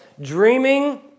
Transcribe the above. Dreaming